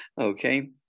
Okay